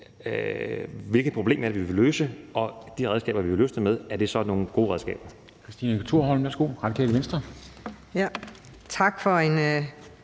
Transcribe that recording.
hvilke problemer vi vil løse, og om de redskaber, vi vil løse dem med, så er nogle gode redskaber.